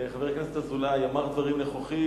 חבר הכנסת אזולאי אמר דברים נכוחים.